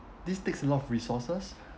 this takes a lot of resources